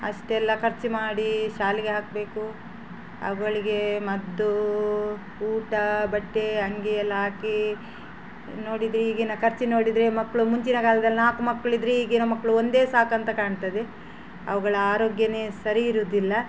ಅಷ್ಟೆಲ್ಲ ಖರ್ಚು ಮಾಡಿ ಶಾಲೆಗೆ ಹಾಕಬೇಕು ಅವ್ಗಳಿಗೆ ಮದ್ದು ಊಟ ಬಟ್ಟೆ ಅಂಗಿಯೆಲ್ಲ ಹಾಕಿ ನೋಡಿದ್ರೆ ಈಗಿನ ಖರ್ಚು ನೋಡಿದರೆ ಮಕ್ಕಳು ಮುಂಚಿನ ಕಾಲ್ದಲ್ಲಿ ನಾಲ್ಕು ಮಕ್ಕಳಿದ್ರೆ ಈಗಿನ ಮಕ್ಕಳು ಒಂದೇ ಸಾಕಂತ ಕಾಣ್ತದೆ ಅವುಗಳ ಆರೋಗ್ಯವೇ ಸರಿ ಇರೋದಿಲ್ಲ